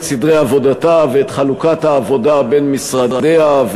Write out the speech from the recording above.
סדרי עבודתה ואת חלוקת העבודה בין משרדיה,